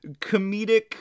comedic